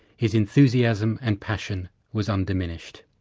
his enthusiasm and passion was undiminished.